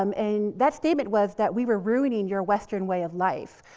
um and that statement was that we were ruining your western way of life.